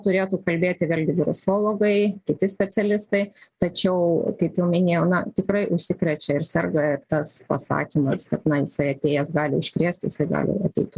turėtų kalbėti galgi virusologai kiti specialistai tačiau kaip jau minėjau na tikrai užsikrečia ir serga tas pasakymas kad na jisai atėjęs gali užkrėst jisai gali ateit